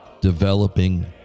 Developing